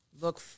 look